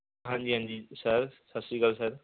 ਹਾਂਜੀ ਹਾਂਜੀ ਸਰ ਸਤਿ ਸ਼੍ਰੀ ਅਕਾਲ ਸਰ